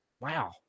wow